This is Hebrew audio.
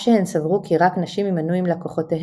אף שהן סברו כי רק נשים יימנו עם לקוחותיהן,